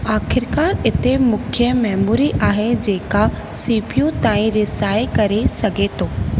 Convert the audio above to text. आखिरकार इते मुख्य मेमोरी आहे जेका सी पी यू ताईं रिसाए करे सघे थो